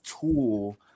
tool